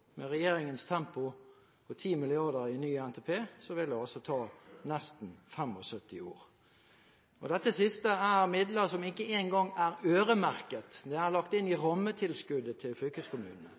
altså ta nesten 75 år å få vekk etterslepet. Dette siste er midler som ikke engang er øremerket, det er lagt inn i rammetilskuddet til fylkeskommunene.